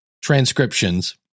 transcriptions